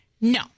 No